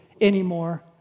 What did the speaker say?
anymore